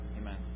Amen